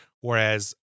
Whereas